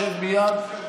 שב מייד,